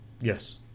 Yes